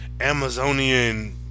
amazonian